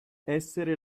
essere